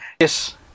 yes